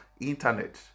Internet